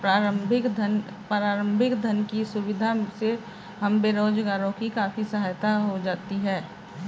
प्रारंभिक धन की सुविधा से हम बेरोजगारों की काफी सहायता हो जाती है